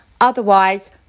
Otherwise